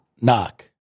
knock